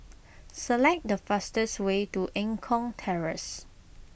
select the fastest way to Eng Kong Terrace